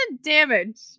damage